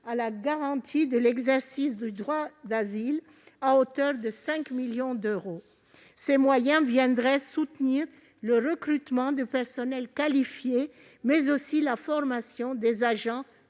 à la garantie de l'exercice du droit d'asile à hauteur de 5 millions d'euros. Ces moyens viendraient appuyer le recrutement de personnels qualifiés, mais aussi la formation des agents